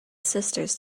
sisters